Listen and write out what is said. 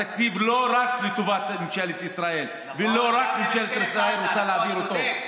התקציב לא רק לטובת ממשלת ישראל ולא רק ממשלת ישראל רוצה להעביר אותו.